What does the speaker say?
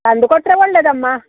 ತಂದು ಕೊಟ್ಟರೆ ಒಳ್ಳೆಯದಮ್ಮ